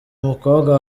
umukobwa